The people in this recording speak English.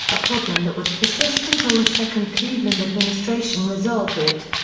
a problem that would persist until the second cleveland administration resolved it.